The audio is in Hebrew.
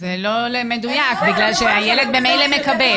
זה לא מדויק, בגלל שהילד ממילא מקבל.